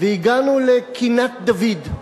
והגענו לקינת דוד.